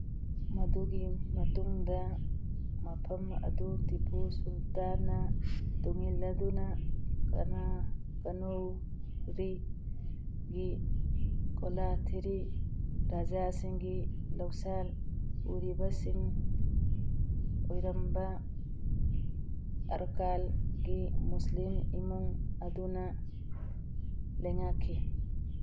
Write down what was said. ꯃꯗꯨꯒꯤ ꯃꯇꯨꯡꯗ ꯃꯐꯝ ꯑꯗꯨ ꯇꯤꯄꯨ ꯁꯨꯜꯇꯥꯟꯅ ꯇꯨꯡꯏꯜꯂꯗꯨꯅ ꯀꯅꯥ ꯀꯅꯧꯔꯤꯒꯤ ꯀꯣꯂꯥꯊꯤꯔꯤ ꯔꯥꯖꯥꯁꯤꯡꯒꯤ ꯂꯧꯁꯥꯜ ꯎꯔꯤꯕꯁꯤꯡ ꯑꯣꯏꯔꯝꯕ ꯑꯔꯀꯥꯏꯜꯒꯤ ꯃꯨꯁꯂꯤꯝ ꯏꯃꯨꯡ ꯑꯗꯨꯅ ꯂꯩꯉꯥꯛꯈꯤ